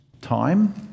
Time